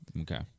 Okay